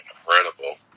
incredible